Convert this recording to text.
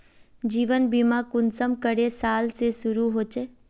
जीवन बीमा कुंसम करे साल से शुरू होचए?